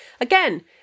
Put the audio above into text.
Again